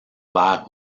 vers